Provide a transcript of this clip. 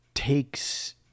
Takes